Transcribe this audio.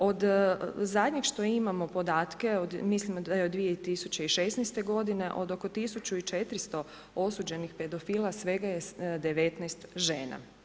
Od zadnjeg što imamo podatke, mislim da od 2016. godine, od oko 1400 osuđenih pedofila svega je 19 žena.